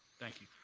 thank you.